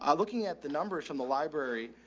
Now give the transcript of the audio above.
um looking at the numbers from the library,